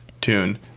tune